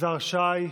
יזהר שי,